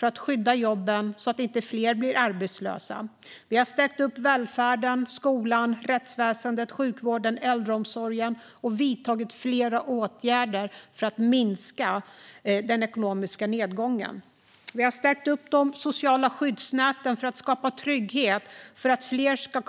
Det har handlat om att skydda jobben så att inte fler blir arbetslösa. Vi har stärkt välfärden, skolan, rättsväsendet, sjukvården och äldreomsorgen, och vi har vidtagit flera åtgärder för att minska den ekonomiska nedgången. Vi har stärkt de sociala skyddsnäten för att skapa trygghet och för att fler ska